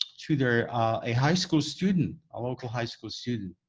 tutor a high school student, a local high school student.